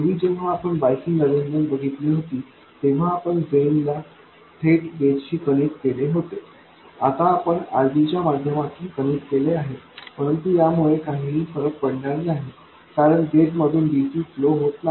पूर्वी जेव्हा आपण बाईसिंग अरेंजमेंट बघितली होती तेव्हा आपण ड्रेन ला थेट गेटशी कनेक्ट केले होते आता आपण RG च्या माध्यमातून कनेक्ट केले आहे परंतु यामुळे काहीही फरक पडणार नाही कारण गेटमधून dc फ्लो होत नाही